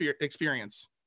experience